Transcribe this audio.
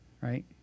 right